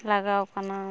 ᱞᱟᱜᱟᱣ ᱟᱠᱟᱱᱟ